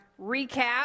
recap